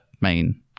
main